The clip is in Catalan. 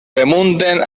remunten